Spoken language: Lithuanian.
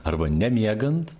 arba nemiegant